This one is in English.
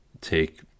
take